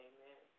Amen